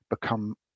become